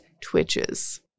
twitches